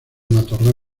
matorral